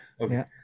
Okay